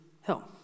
help